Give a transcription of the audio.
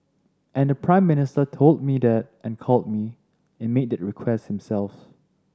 and the Prime Minister told me that and called me and made that request himself